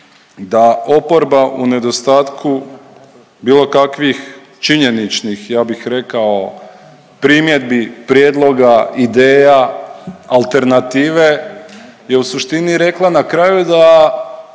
da oporba u nedostatku bilo kakvih činjeničnih, ja bih rekao primjedbi, prijedloga, ideja, alternative je u suštini rekla na kraju da